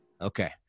Okay